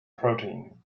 protein